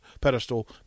pedestal